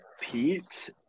Pete